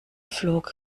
flog